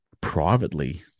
privately